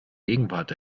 gegenwart